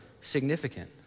significant